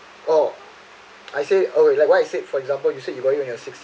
oh I say oh like what you say for example you said you were when you were sixteen